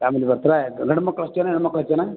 family ಬರ್ತೀರ ಗಂಡು ಮಕ್ಕಳು ಎಷ್ಟು ಜನ ಹೆಣ್ಣು ಮಕ್ಳು ಎಷ್ಟು ಜನ